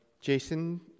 Jason